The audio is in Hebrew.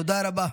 תודה רבה.